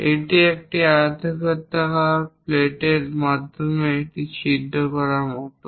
এটি একটি আয়তক্ষেত্রাকার প্লেটের মাধ্যমে একটি ছিদ্র করার মতো